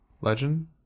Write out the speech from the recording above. Legend